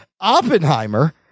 Oppenheimer